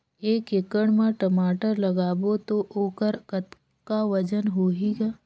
एक एकड़ म टमाटर लगाबो तो ओकर कतका वजन होही ग?